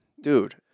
Dude